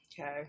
Okay